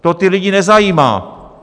To ty lidi nezajímá.